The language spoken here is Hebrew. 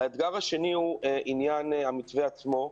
האתגר השני הוא המתווה עצמו.